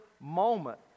moment